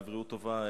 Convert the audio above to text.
לבריאות טובה,